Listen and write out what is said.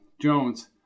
Jones